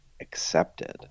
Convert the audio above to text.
accepted